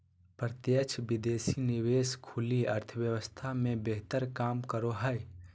प्रत्यक्ष विदेशी निवेश खुली अर्थव्यवस्था मे बेहतर काम करो हय